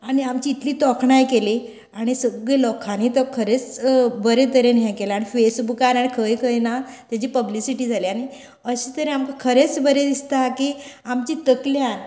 आनी आमची इतली तोखणांय केली आनी सगळे लोकांनी तर खरेंच बरें तरेन हे केले आनी फेसबूकार आनी खंय खंय ना तेजी पब्लिसीटी जाली आनी अशें तरेन आमकां खरेंच बरें दिसता की आमचे तकल्यान